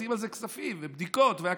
ומוציאים על זה כספים ובדיקות והכול.